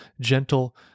gentle